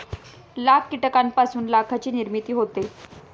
लाख कीटकांपासून लाखाची निर्मिती होते